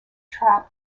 trap